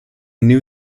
new